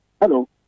Hello